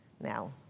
Now